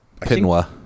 Pinwa